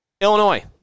Illinois